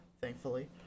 thankfully